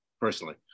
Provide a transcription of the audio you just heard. personally